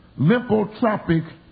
lymphotropic